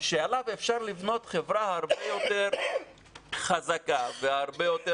שעליו אפשר לבנות חברה הרבה יותר חזקה והרבה יותר